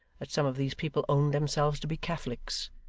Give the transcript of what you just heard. that some of these people owned themselves to be catholics,